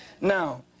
Now